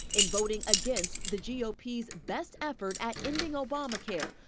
and voting against the g o p s best effort at ending obamacare,